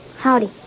Howdy